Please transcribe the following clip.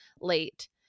late